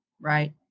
Right